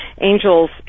angels